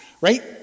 Right